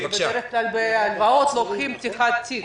בדרך כלל, בהלוואות לוקחים פתיחת תיק.